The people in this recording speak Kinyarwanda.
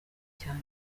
cyane